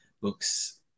books